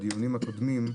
הקודמים,